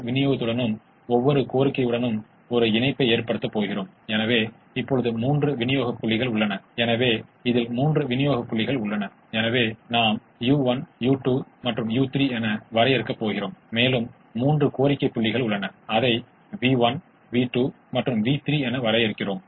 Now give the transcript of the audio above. பலவீனமான இரட்டைத் தேற்றத்தில் முதன்மை மற்றும் இரட்டையின் சாத்தியமான தீர்வுகளை தொடர்புபடுத்த முயற்சிக்கிறோம் இந்த தேற்றத்தில் உகந்த தீர்வை ஒரு குறிப்பிட்ட வழியில் தொடர்புபடுத்த முயற்சிக்கிறோம்